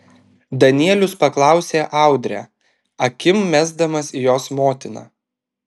danielius paklausė audrę akim mesdamas į jos motiną